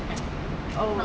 oh